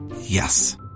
Yes